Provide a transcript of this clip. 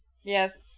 Yes